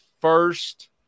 first